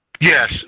Yes